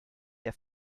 der